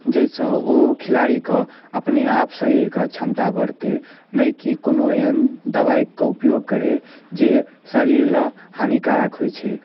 जाहिसऽ ओ खिलाड़ीके अपने आप शरीरके क्षमता बढ़तै नहि की कोनो एहन दबाइके उपयोग करे जे शरीर लऽ हानिकारक होइ छै